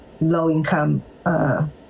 low-income